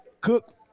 Cook